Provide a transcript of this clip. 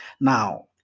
now